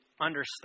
understand